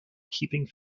keeping